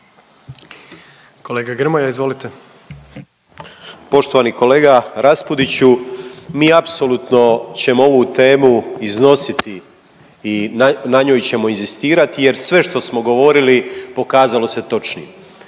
**Grmoja, Nikola (MOST)** Poštovani kolega Raspudiću, mi apsolutno ćemo ovu temu iznositi i na njoj ćemo inzistirati jer sve što smo govorili pokazalo se točnim.